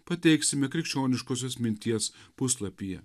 pateiksime krikščioniškosios minties puslapyje